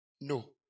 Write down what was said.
No